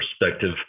perspective